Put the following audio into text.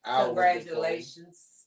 Congratulations